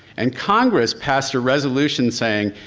and congress passed a resolution saying,